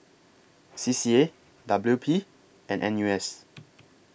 C C A W P and N U S